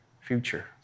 future